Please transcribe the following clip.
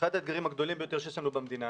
אחד האתגרים הגדולים ביותר שיש לנו במדינה